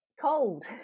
Cold